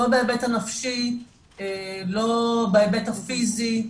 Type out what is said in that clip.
לא בהיבט הנפשי, לא בהיבט הפיזי,